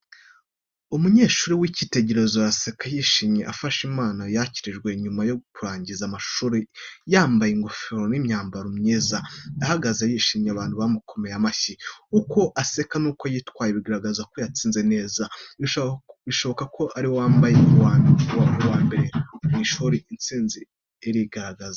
Umunyeshuri w’icyitegererezo araseka yishimye, afashe impano yashyikirijwe nyuma yo kurangiza amashuri. Yambaye ingofero n’imyambaro myiza, ahagaze yishimye, abantu bamukomeye amashyi. Uko aseka n’uko yitwaye, bigaragaza ko yatsinze neza, bishoboka ko ari we wabaye uwa mbere mu ishuri. Intsinzi irigaragaza.